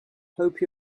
hope